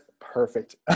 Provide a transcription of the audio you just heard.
perfect